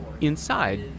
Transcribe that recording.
Inside